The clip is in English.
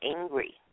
angry